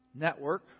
network